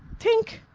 tink,